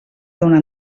donar